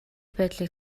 байдлыг